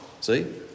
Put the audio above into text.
See